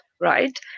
Right